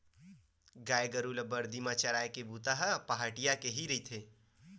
गाय गरु ल बरदी म चराए के बूता ह पहाटिया के ही रहिथे